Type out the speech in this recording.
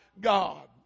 God